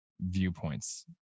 viewpoints